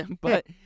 but-